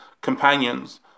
companions